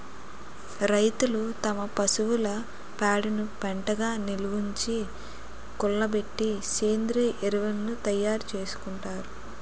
రైతులు తమ పశువుల పేడను పెంటగా నిలవుంచి, కుళ్ళబెట్టి సేంద్రీయ ఎరువును తయారు చేసుకుంటారు